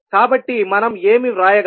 కాబట్టి మనం ఏమి వ్రాయగలం